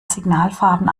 signalfarben